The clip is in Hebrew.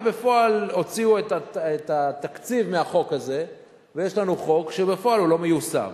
ובפועל הוציאו את התקציב מהחוק הזה ויש לנו חוק שבפועל הוא לא מיושם.